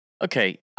Okay